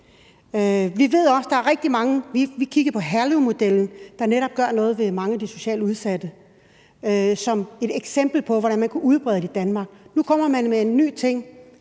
Vi ved også, at der er rigtig mange. Vi kigger på Herlevmodellen, der netop gør noget ved mange af de socialt udsatte, som et eksempel på, hvordan man kunne udbrede det i Danmark. Nu kommer man med en ny ting,